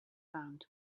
found